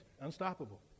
unstoppable